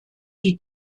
die